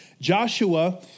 Joshua